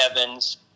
Evans